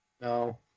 No